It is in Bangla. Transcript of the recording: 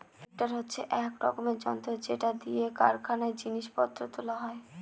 লিফ্টার হচ্ছে এক রকমের যন্ত্র যেটা দিয়ে কারখানায় জিনিস পত্র তোলা হয়